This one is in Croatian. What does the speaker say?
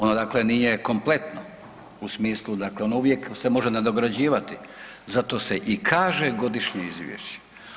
Ono dakle nije kompletno u smislu, dakle ono uvijek se može nadograđivati zato se i kaže godišnje izvješće.